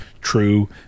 true